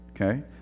okay